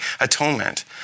atonement